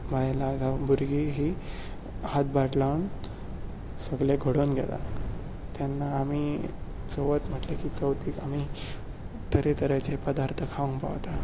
बायलां जावं भुरगीं ही हात बोट लावन सगळे घडोवन घेतात तेन्ना आमी चवथ म्हणटलें की चवथीक आमी तरे तरेचे पदार्थ खावंक पावतात